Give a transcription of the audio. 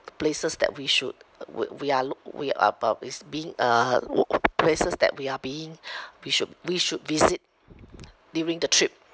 places that we should uh we we are look we uh uh is being uh wo~ places that we are being we should we should visit during the trip